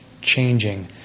changing